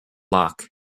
lock